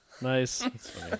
Nice